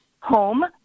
home